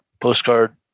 postcard